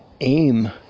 aim